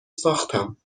ساختم